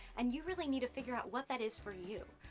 and you really need to figure out what that is for you.